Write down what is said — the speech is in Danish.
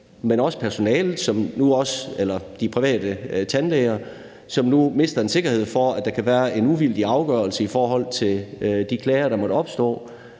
patienterne, men også de private tandlæger, som nu mister en sikkerhed for, at der kan være en uvildig afgørelse i forhold til de klager, der måtte opstå.